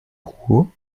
ruhr